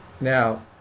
now